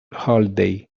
holiday